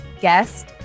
guest